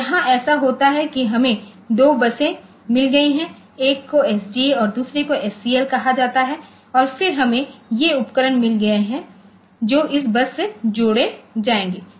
तो यहां ऐसा होता है कि हमें दो बसें मिल गई हैं एक को एसडीए और दूसरे को एससीएल कहा जाता है और फिर हमें ये उपकरण मिल गए हैं जो इस बस से जोड़े जाएंगे